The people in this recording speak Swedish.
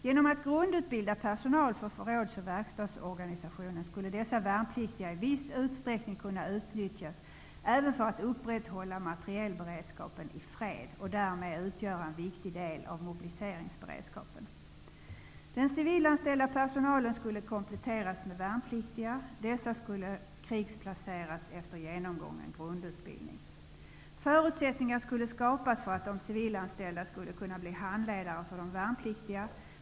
Genom att grundutbilda personal för förråds och verkstadsorganisationen skulle dessa värnpliktiga i viss utsträckning kunna utnyttjas även för att upprätthålla materielberedskapen i fred. Därmed skulle de utgöra en viktig del av mobiliseringsberedskapen. Den civilanställda personalen skulle kompletteras med värnpliktiga. Dessa skulle krigsplaceras efter genomgången grundutbildning. Förutsättningar skulle skapas för att de civilanställda skulle kunna bli handledare för de värnpliktiga.